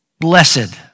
blessed